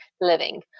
living